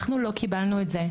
אנחנו לא קיבלנו את זה.